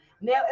now